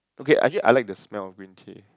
okay actually I like the smell of green tea